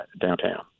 downtown